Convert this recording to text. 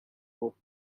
low